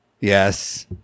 Yes